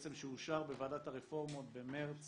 שאושר בוועדת הרפורמות במרץ